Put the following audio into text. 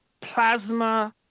plasma